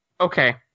Okay